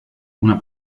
una